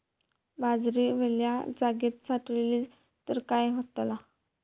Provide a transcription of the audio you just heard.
बाजरी वल्या जागेत साठवली तर काय होताला?